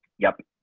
yep,